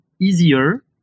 easier